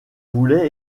voulait